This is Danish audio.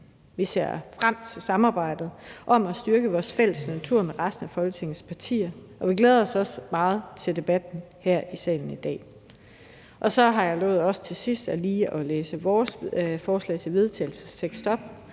Vi ser frem til samarbejdet om at styrke vores fælles natur med resten af Folketingets partier, og vi glæder os også meget til debatten her i salen i dag. Så har jeg også lovet her til sidst lige at læse vores forslag til vedtagelse op,